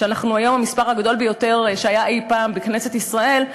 ואנחנו היום המספר הגדול ביותר שהיה אי פעם בכנסת ישראל,